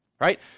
right